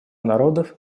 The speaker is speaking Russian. народов